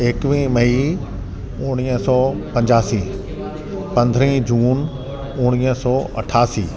एकवीह मई उणिवीह सौ पंजासी पंद्रहं जून उणिवीह सौ अठासी